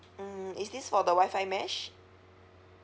hmm is this for the WI-FI mesh